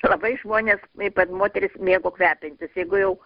labai žmonės ypač moterys mėgo kvepintis jeigu jau